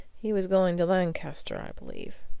he was going to lancaster, i believe.